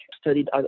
studied